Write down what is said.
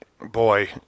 boy